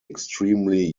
extremely